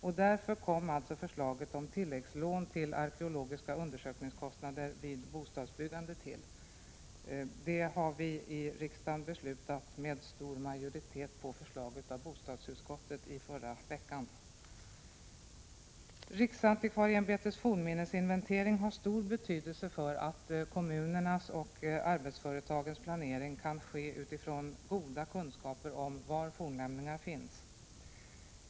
Det var därför förslaget om tilläggslån till arkeologiska undersökningskostnader vid bostadsbyggande kom till. Det beslutade vi i riksdagen förra veckan med stor majoritet i enlighet med bostadsutskottets förslag. Riksantikvarieämbetets fornminnesinventering har stor betydelse för att kommunernas och arbetsföretagens planering skall kunna ske utifrån goda kunskaper om var fornlämningarna finns.